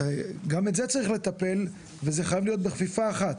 גם בזה צריך לטפל וזה חייב להיות בכפיפה אחת.